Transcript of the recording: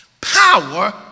power